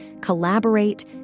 collaborate